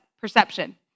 perception